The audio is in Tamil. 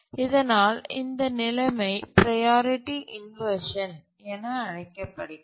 இதனால் இந்த நிலைமை ப்ரையாரிட்டி இன்வர்ஷன் என அழைக்கப்படுகிறது